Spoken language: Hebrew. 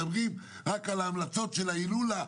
מדלגים רק על ההמלצות של ההילולה,